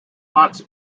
hans